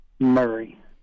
Murray